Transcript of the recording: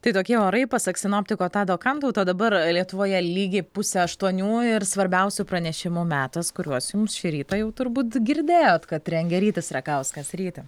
tai tokie orai pasak sinoptiko tado kantauto dabar lietuvoje lygiai pusę aštuonių ir svarbiausių pranešimų metas kuriuos jums šį rytą jau turbūt girdėjot kad rengia rytis rakauskas ryti